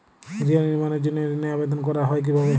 গৃহ নির্মাণের জন্য ঋণের আবেদন করা হয় কিভাবে?